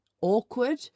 awkward